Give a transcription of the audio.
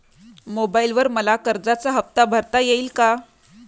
मोबाइलवर मला कर्जाचा हफ्ता भरता येईल का?